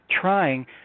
trying